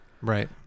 Right